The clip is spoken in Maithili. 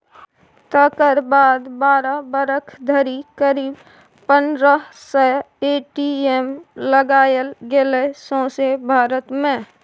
तकर बाद बारह बरख धरि करीब पनरह सय ए.टी.एम लगाएल गेलै सौंसे भारत मे